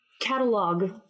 catalog